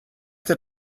der